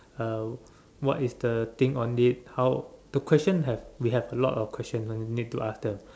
uh what is the thing on it how the question have we have a lot of questions one need to ask them